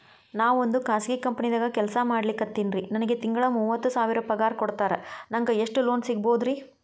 ನಾವೊಂದು ಖಾಸಗಿ ಕಂಪನಿದಾಗ ಕೆಲ್ಸ ಮಾಡ್ಲಿಕತ್ತಿನ್ರಿ, ನನಗೆ ತಿಂಗಳ ಮೂವತ್ತು ಸಾವಿರ ಪಗಾರ್ ಕೊಡ್ತಾರ, ನಂಗ್ ಎಷ್ಟು ಲೋನ್ ಸಿಗಬೋದ ರಿ?